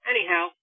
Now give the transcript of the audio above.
Anyhow